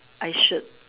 I should